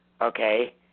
Okay